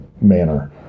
manner